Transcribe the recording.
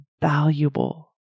valuable